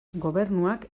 gobernuak